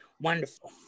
wonderful